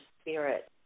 spirit